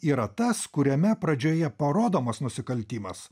yra tas kuriame pradžioje parodomas nusikaltimas